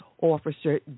Officer